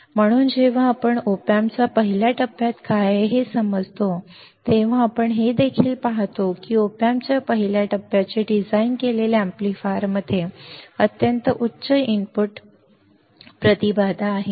म्हणून जेव्हा आपण op amp च्या पहिल्या टप्प्यात काय आहे हे समजतो तेव्हा आपण हे देखील पहाल की op amp च्या पहिल्या टप्प्याचे डिझाइन केलेले एम्पलीफायरमध्ये अत्यंत उच्च इनपुट प्रतिबाधा आहे